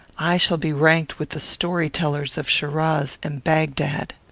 i shall be ranked with the story-tellers of shiraz and bagdad.